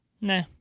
Nah